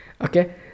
Okay